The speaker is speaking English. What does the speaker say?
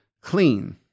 clean